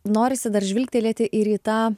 norisi dar žvilgtelėti ir į tą